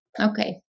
Okay